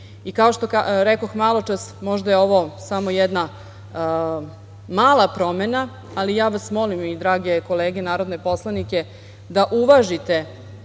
kao što rekoh maločas možda je ovo samo jedna mala promena, ali ja vas molim i drage kolege narodne poslanike da uvažite